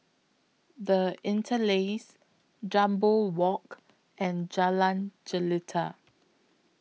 The Interlace Jambol Walk and Jalan Jelita